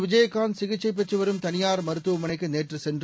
விஜயகாந்த் சிகிச்சை பெற்று வரும் தனியார் மருத்துவமனைக்கு நேற்று சென்று